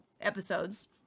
episodes